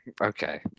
Okay